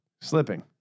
Slipping